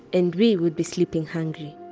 and we would be sleeping hungry